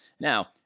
Now